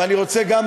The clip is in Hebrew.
ואני רוצה גם,